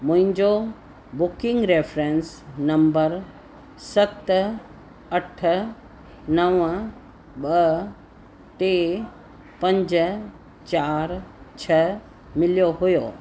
मुंहिंजो booking reference number सत अठ नव ॿ टे पंज चारि छह मिलियो हुओ